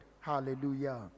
Hallelujah